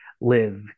live